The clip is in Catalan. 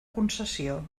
concessió